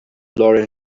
lauren